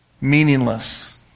meaningless